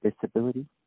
disability